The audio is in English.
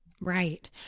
Right